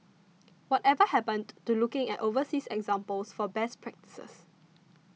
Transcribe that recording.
whatever happened to looking at overseas examples for best practices